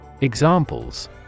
Examples